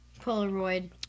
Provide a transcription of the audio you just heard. Polaroid